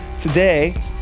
today